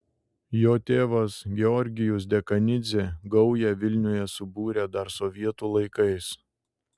jo tėvas georgijus dekanidzė gaują vilniuje subūrė dar sovietų laikais